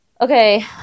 Okay